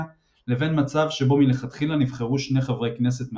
לבין מצב שבו מלכתחילה נבחרו שני חברי כנסת מהקואליציה.